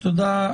תודה.